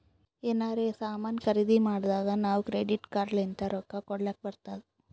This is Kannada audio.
ಎನಾರೇ ಸಾಮಾನ್ ಖರ್ದಿ ಮಾಡ್ದಾಗ್ ನಾವ್ ಕ್ರೆಡಿಟ್ ಕಾರ್ಡ್ ಲಿಂತ್ ರೊಕ್ಕಾ ಕೊಡ್ಲಕ್ ಬರ್ತುದ್